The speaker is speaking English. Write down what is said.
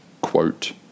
quote